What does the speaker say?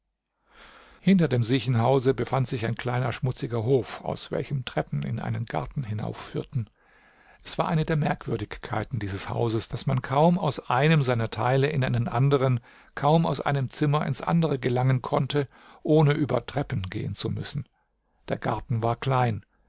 hinter dem siechenhause befand sich ein kleiner schmutziger hof aus welchem treppen in einen garten hinaufführten es war eine der merkwürdigkeiten dieses hauses daß man kaum aus einem seiner teile in einen anderen kaum aus einem zimmer ins andere gelangen konnte ohne über treppen gehen zu müssen der garten war klein